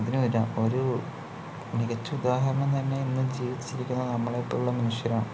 അതിനു ഒരു മികച്ച ഉദാഹരണം തന്നെ ഇന്ന് ജീവിച്ചിരിക്കുന്ന നമ്മളെപ്പോലെയുള്ള മനുഷ്യരാണ്